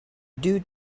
due